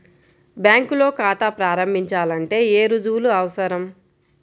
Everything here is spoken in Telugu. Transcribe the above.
బ్యాంకులో ఖాతా ప్రారంభించాలంటే ఏ రుజువులు అవసరం?